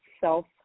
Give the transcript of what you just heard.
self